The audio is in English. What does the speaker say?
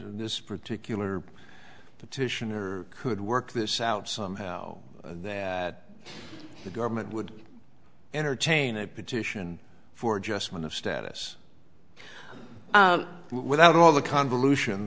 this particular petitioner could work this out somehow that the government would entertain a petition for just one of status without all the convolution